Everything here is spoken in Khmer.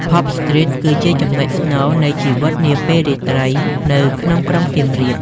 Pub Street គឺជាចំណុចស្នូលនៃជីវិតនាពេលរាត្រីនៅក្នុងក្រុងសៀមរាប។